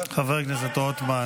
עופר, ראאד אישר את הנאום?